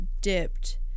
dipped